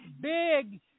big